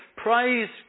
praise